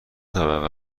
طبقه